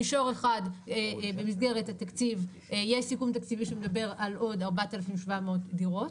מישור אחד במסגרת התקציב יש סיכום תקציבי שמדבר על עוד 4,700 דירות,